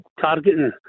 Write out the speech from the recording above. Targeting